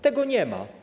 Tego nie ma.